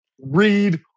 Read